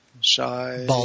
Shy